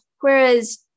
Whereas